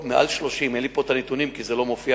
מעל 30, אין לי פה הנתונים, כי זה לא מופיע